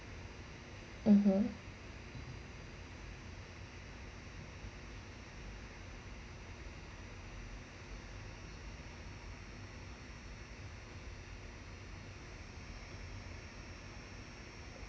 (uh huh)